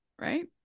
right